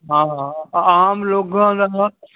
ਹਾਂ ਹਾਂ ਆਮ ਲੋਕਾਂ ਦਾ ਤਾਂ